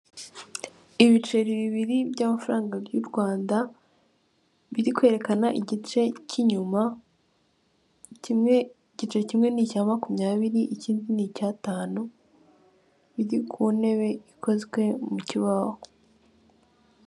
Ibiceri bibiri by'amafaranga ry'u Rwanda biri kwerekana igice cy'inyuma, igiceri kimwe ni icya makumyabiri ikindi ni icya tanu, biri ku ntebe ikozwe mu kibaho.